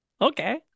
okay